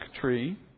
tree